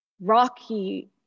rocky